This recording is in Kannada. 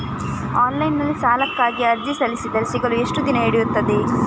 ಆನ್ಲೈನ್ ನಲ್ಲಿ ಸಾಲಕ್ಕಾಗಿ ಅರ್ಜಿ ಸಲ್ಲಿಸಿದರೆ ಸಿಗಲು ಎಷ್ಟು ದಿನ ಹಿಡಿಯುತ್ತದೆ?